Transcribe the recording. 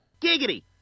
Giggity